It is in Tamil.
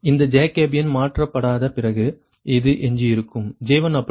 இந்த ஜகோபியன் மாற்றப்படாத பிறகு இது எஞ்சியிருக்கும் J1 அப்படியே உள்ளது